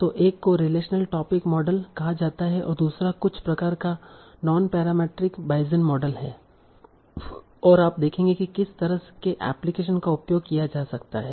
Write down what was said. तो एक को रिलेशनल टॉपिक मॉडल कहा जाता है और दूसरा कुछ प्रकार का नॉनपैरेमेट्रिक बायेसियन मॉडल है और आप देखेंगे कि किस तरह के एप्लिकेशन का उपयोग किया जा सकता है